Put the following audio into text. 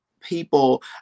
people